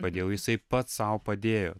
padėjau jisai pats sau padėjo